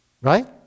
Right